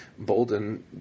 Bolden